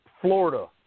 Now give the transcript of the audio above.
Florida –